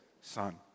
son